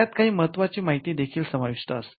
यात काही महत्वाची माहिती देखील समाविष्ट असते